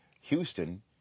Houston